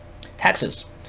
Taxes